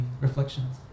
reflections